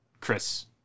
Chris